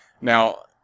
Now